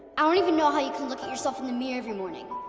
i don't even know how you could look at yourself in the mirror every morning.